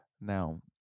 Now